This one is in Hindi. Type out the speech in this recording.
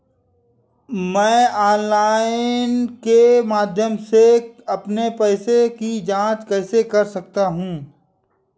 मैं ऑनलाइन के माध्यम से अपने पैसे की जाँच कैसे कर सकता हूँ?